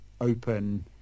open